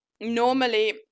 normally